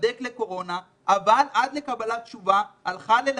להיבדק לקורונה אבל עד לקבלת תשובה הלכה ללמד,